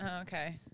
Okay